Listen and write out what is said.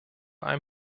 ein